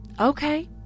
Okay